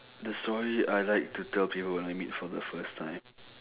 the story I like to tell people when I meet for the first time